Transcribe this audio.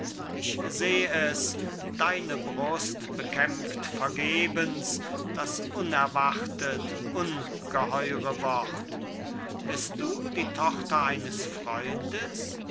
ich seh es deine brust bekämpft vergebens das unerwartet ungeheure wort bist du die tochter eines freundes